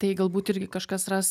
tai galbūt irgi kažkas ras